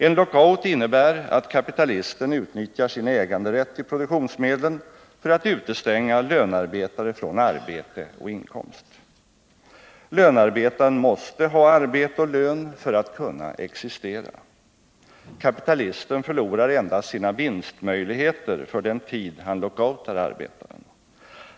En lockout innebär att kapitalisten utnyttjar sin äganderätt till produktionsmedlen för att utestänga lönarbetare från arbete och inkomst. Lönarbetaren måste ha arbete och lön för att kunna existera. Kapitalisten förlorar endast sina vinstmöjligheter för den tid han lockoutar arbetaren.